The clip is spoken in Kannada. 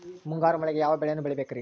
ಮುಂಗಾರು ಮಳೆಗೆ ಯಾವ ಬೆಳೆಯನ್ನು ಬೆಳಿಬೇಕ್ರಿ?